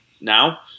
now